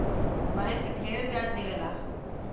bank ढेर ब्याज देवला